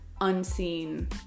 unseen